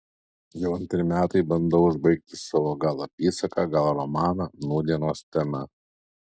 jau antri metai bandau užbaigti savo gal apysaką gal romaną nūdienos tema